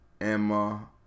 emma